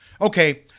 Okay